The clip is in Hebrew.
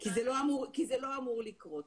זה לא אמור לקרות.